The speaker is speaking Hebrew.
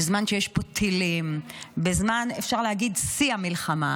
בזמן שיש פה טילים, בזמן, אפשר להגיד, שיא המלחמה,